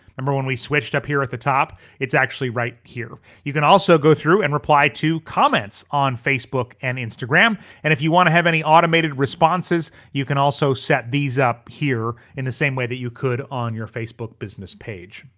remember when we switched up here at the top? it's actually right here. you can also go through and reply to comments on facebook and instagram and if you wanna have any automated responses, you can also set these up here in the same way that you could on your facebook business page.